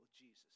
Jesus